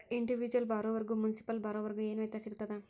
Individual ಬಾರೊವರ್ಗು municipal ಬಾರೊವರ್ಗ ಏನ್ ವ್ಯತ್ಯಾಸಿರ್ತದ?